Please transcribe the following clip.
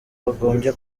bagombye